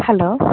hello